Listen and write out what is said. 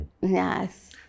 Yes